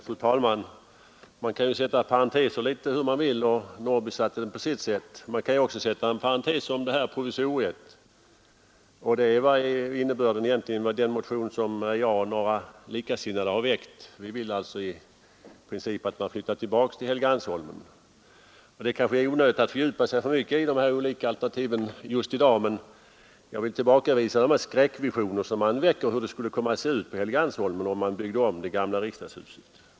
Fru talman! Man kan ju sätta parenteser hur man vill. Herr Norrby satte dem på sitt sätt. Man kan också sätta en parentes om det nuvarande provisoriet, och det är egentligen innebörden i den motion som jag och några likasinnade väckt. Vi vill alltså i princip flytta tillbaka till Helgeandsholmen. Kanske är det onödigt att fördjupa sig i de olika alternativen i dag, men jag vill tillbakavisa de skräckvisioner som framkallas om hur det skulle komma att se ut på Helgeandsholmen, om man bygger om det gamla riksdagshuset.